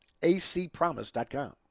acpromise.com